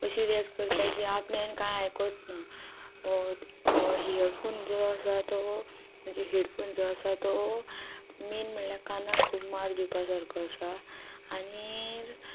अशी रिएक्ट करता की आपणे कांय आयकोच ना इयरफोन जो आसा तो म्हणजे हेडफोन जो आसा तो मेन म्हणल्यार कानाक खूब मार दिवपा सारको आसा आनी